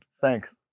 Thanks